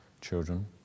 children